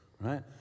Right